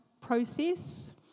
process